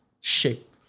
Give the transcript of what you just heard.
shape